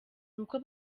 nuko